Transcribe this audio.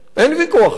אין ויכוח על זה